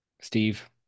Steve